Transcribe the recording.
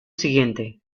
siguiente